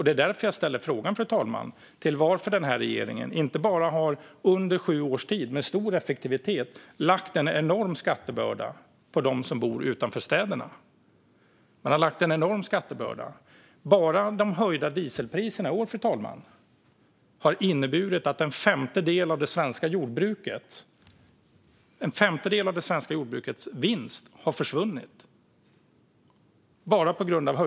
Det är därför som jag ställer frågan, fru talman, varför regeringen under sju års tid med stor effektivitet har lagt en enorm skattebörda på dem som bor utanför städerna. Bara de höjda dieselpriserna i år har inneburit att en femtedel av det svenska jordbrukets vinst har försvunnit.